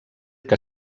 que